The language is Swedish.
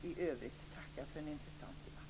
I övrigt tackar jag för en intressant debatt.